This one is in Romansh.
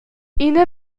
ina